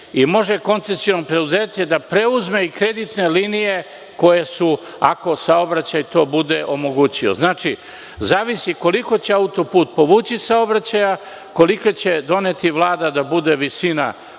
i može koncesiom preduzeće da preuzme i kreditne linije koje su ako saobraćaj bude omogućio. Znači, zavisi koliko će autoput povući saobraćaja, koliko će doneti Vlada da bude visina